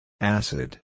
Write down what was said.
Acid